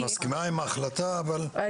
את מסכימה עם ההחלטה, אבל המיקום הוא הבעיה.